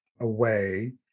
away